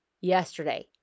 Yesterday